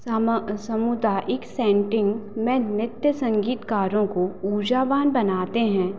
समा सामुदायिक सेंटिन में नृत्य संगीतकारों को ऊर्जावान बनाते हैं